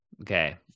Okay